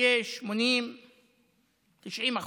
שיהיה 80% 90%,